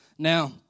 Now